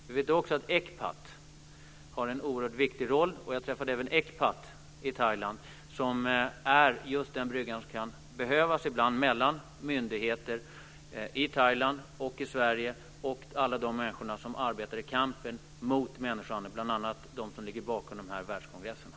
ECPAT har också en oerhört viktig roll, och jag träffade även ECPAT i Thailand. ECPAT är just den brygga som ibland kan behövas mellan myndigheter i Thailand och i Sverige och alla de människor som arbetar i kampen mot människohandel, bl.a. dem som ligger bakom världskongresserna.